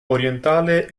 orientale